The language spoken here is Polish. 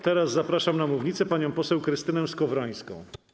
Teraz zapraszam na mównicę panią poseł Krystynę Skowrońską.